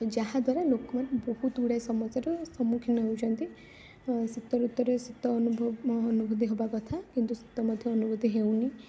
ଯାହାଦ୍ୱାରା ଲୋକମାନେ ବହୁତ ଗୁଡ଼ାଏ ସମସ୍ୟାର ସମ୍ମୁଖୀନ ହେଉଛନ୍ତି ଶୀତଋତୁରେ ଶୀତ ଅନୁଭୂତି ହେବା କଥା କିନ୍ତୁ ଶୀତ ମଧ୍ୟ ଅନୁଭୂତି ହେଉନି